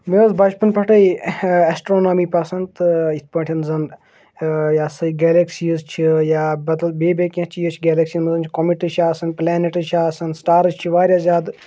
مےٚ ٲس بَچپَن پٮ۪ٹھَے اٮ۪سٹرٛانامی پَسنٛد تہٕ یِتھ پٲٹھۍ زَن یا سُہ گیلٮ۪کسیٖز چھِ یا بَدل بیٚیہِ بیٚیہِ کیٚنٛہہ چیٖز چھِ گیلٮ۪کسِیَن منٛز کوٚمِٹٕز چھِ آسان پٕلینٮ۪ٹٕز چھِ آسان سٕٹارٕز چھِ واریاہ زیادٕ